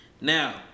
Now